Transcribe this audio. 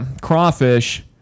crawfish